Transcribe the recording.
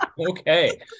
Okay